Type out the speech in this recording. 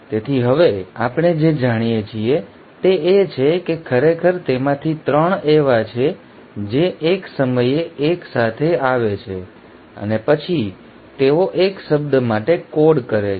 તેથી હવે આપણે જે જાણીએ છીએ તે એ છે કે ખરેખર તેમાંથી ૩ એવા છે જે એક સમયે એક સાથે આવે છે અને પછી તેઓ એક શબ્દ માટે કોડ કરે છે